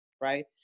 right